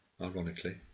ironically